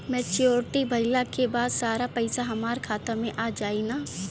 Maturity भईला के बाद सारा पईसा हमार खाता मे आ जाई न?